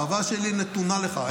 האהבה שלי נתונה לך.